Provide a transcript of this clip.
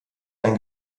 ein